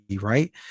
right